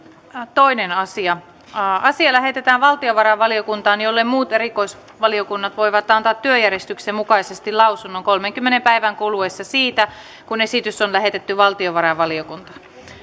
toinen asia asia lähetetään valtiovarainvaliokuntaan jolle muut erikoisvaliokunnat voivat antaa työjärjestyksen mukaisesti lausunnon kolmenkymmenen päivän kuluessa siitä kun esitys on lähetetty valtiovarainvaliokuntaan